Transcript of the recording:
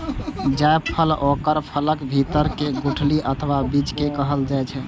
जायफल ओकर फलक भीतर के गुठली अथवा बीज कें कहल जाइ छै